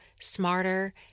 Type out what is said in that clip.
smarter